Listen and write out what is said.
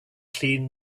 clean